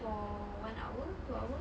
for one hour two hour